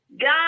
God